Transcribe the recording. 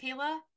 Kayla